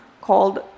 called